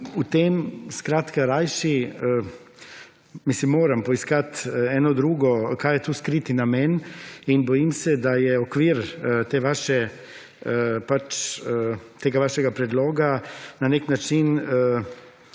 v tem skratka rajši, mislim moram poiskati eno drugo kaj je to skriti namen in bojim se, da je okvir tega vašega predloga, **27.